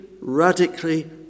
radically